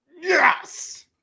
Yes